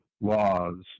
laws